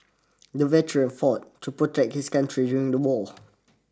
the veteran fought to protect his country during the war